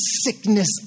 sickness